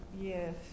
Yes